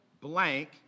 blank